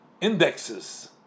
indexes